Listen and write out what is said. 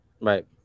Right